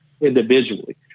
individually